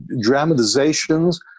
dramatizations